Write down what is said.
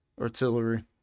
artillery